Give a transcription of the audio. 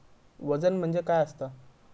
वजन म्हणजे काय असता?